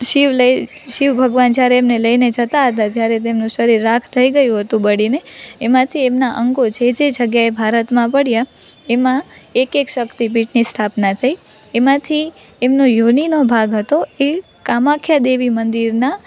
શિવ શિવ ભગવાન જ્યારે એમને લઇને જતા હતા જ્યારે તેમનું શરીર રાખ થઈ ગયું હતું બળીને એમાંથી એમનાં અંગો જે જે જગ્યાએ ભારતમાં પડ્યાં એમાં એક એક શક્તિપીઠની સ્થાપના થઈ એમાંથી એમનો યોનિનો ભાગ હતો એ કામાખ્યા દેવી મંદિરના